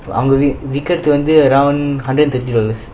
அவங்க விக்கரது வந்து:avanga vikkarathu vanthu around hundred and thirty dollars